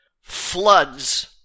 floods